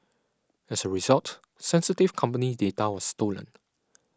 as a result sensitive company data was stolen